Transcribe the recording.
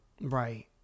Right